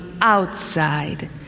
outside